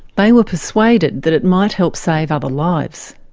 they were persuaded that it might help save other lives.